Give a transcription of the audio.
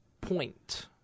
point